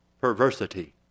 perversity